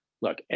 look